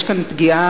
יש כאן פגיעה,